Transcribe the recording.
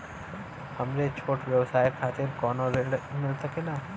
हमरे छोट व्यवसाय खातिर कौनो ऋण मिल सकेला?